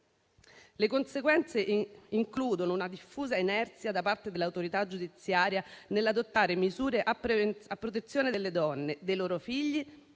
Le conseguenze includono una diffusa inerzia da parte dell'autorità giudiziaria nell'adottare misure a protezione delle donne, dei loro figli